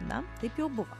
na taip jau buvo